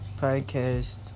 podcast